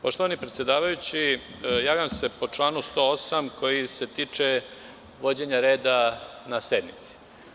Poštovani predsedavajući, javljam se po članu 108. koji se tiče vođenja reda na sednici.